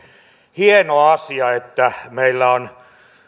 hieno asia että meillä on